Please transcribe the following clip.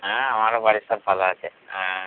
হ্যাঁ আমারও বাড়ি সব ভালো আছে হ্যাঁ